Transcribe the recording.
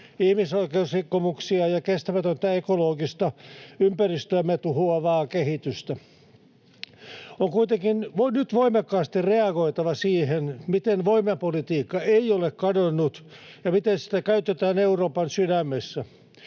ihmisoikeusrikkomuksia ja kestämätöntä, ekologista ympäristöämme tuhoavaa kehitystä. On kuitenkin nyt voimakkaasti reagoitava siihen, miten voimapolitiikka ei ole kadonnut ja miten sitä käytetään Euroopan sydämessä.